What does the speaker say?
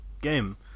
game